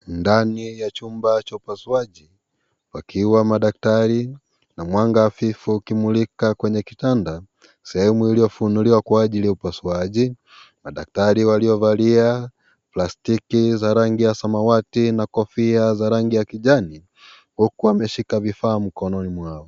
Ndani ya chumba cha upasuaji pakiwa madaktari na mwanga hafifu ikimulika kwenye kitanda sehemu iliyofunuliwa kwa ajili ya upasuaji na daktari waliovalia plastiki za rangi ya samawati na kofia za rangi ya kijani huku wameshika vifaa mikononi mwao.